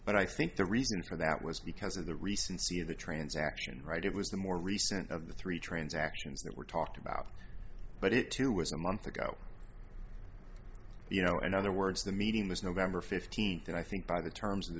but i think the reason for that was because of the recency of the transaction right it was a more recent of the three transactions that were talked about but it too was a month ago you know in other words the meeting was november fifteenth and i think by the terms of the